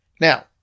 Now